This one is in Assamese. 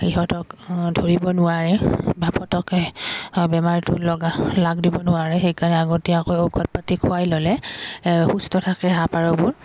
সিহঁতক ধৰিব নোৱাৰে বা ফটককৈ বেমাৰটো লগ লগ দিব নোৱাৰে সেইকাৰণে আগতীয়াকৈ ঔষধ পাতি খোৱাই ল'লে সুস্থ থাকে হাঁহ পাৰবোৰ